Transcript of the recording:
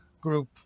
group